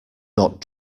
not